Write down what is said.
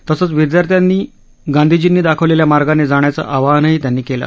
तसंच विद्यार्थ्यांनी गांधीजींनी दाखवलेल्या मार्गाने जाण्याचं आवाहनही त्यांनी केलं